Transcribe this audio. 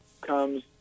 comes